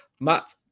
Matt